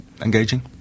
engaging